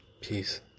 Peace